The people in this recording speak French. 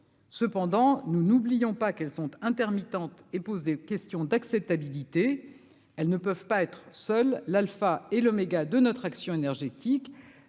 cependant nous n'oublions pas qu'elles sont intermittentes et pose des questions d'acceptabilité, elles ne peuvent pas être seule l'Alpha et l'oméga de notre action énergétique,